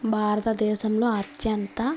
భారతదేశంలో అత్యంత